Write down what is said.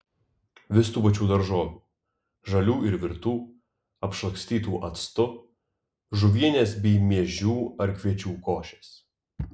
vis tų pačių daržovių žalių ir virtų apšlakstytų actu žuvienės bei miežių ar kviečių košės